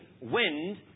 wind